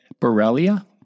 Borrelia